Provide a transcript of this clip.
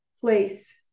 place